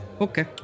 Okay